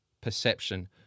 perception